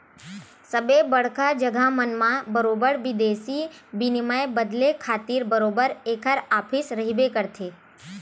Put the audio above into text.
सबे बड़का जघा मन म बरोबर बिदेसी बिनिमय बदले खातिर बरोबर ऐखर ऑफिस रहिबे करथे